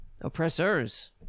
Oppressors